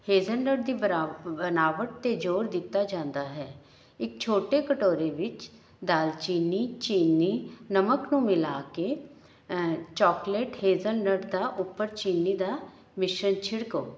hazelnut ਬਰਾ ਬਨਾਵਟ 'ਤੇ ਜੋਰ ਦਿੱਤਾ ਜਾਂਦਾ ਹੈ ਇੱਕ ਛੋਟੇ ਕਟੋਰੇ ਵਿੱਚ ਦਾਲਚੀਨੀ ਚੀਨੀ ਨਮਕ ਨੂੰ ਮਿਲਾ ਕੇ ਚੋਕਲੇਟ ਹੇਜ਼ਲਨਟ ਦਾ ਉੱਪਰ ਚੀਨੀ ਦਾ ਮਿਸ਼ਰਨ ਛਿੜਕੋ